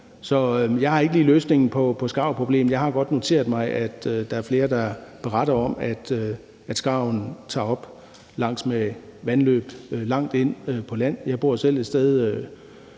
Jeg har ikke lige løsningen på skarvproblemet. Jeg har godt noteret mig, at der er flere, der beretter om, at skarven tager op langs vandløb langt inde over land. Jeg bor selv et sted,